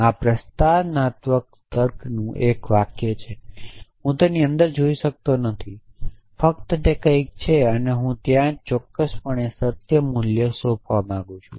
આ પ્રોપ્રોજીશનલતર્કનું એક વાક્ય છે હું તેની અંદર જોઈ શકતો નથી ફક્ત તે કંઈક છે અને ત્યાં જ હું ચોક્કસપણે સત્ય મૂલ્ય સોંપવા માંગું છું